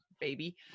baby